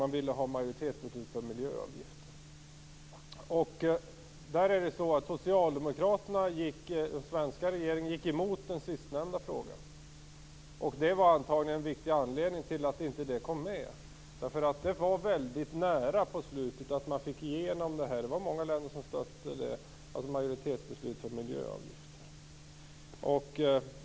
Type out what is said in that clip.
Man ville ha majoritetsbeslut för sådana. Socialdemokraterna och den svenska regeringen gick emot den sistnämnda frågan. Det var antagligen en viktig anledning till att inte den kom med. Det var nämligen väldigt nära på slutet att frågan gick igenom. Många länder stödde kravet på majoritetsbeslut för miljöavgifter.